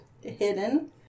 Hidden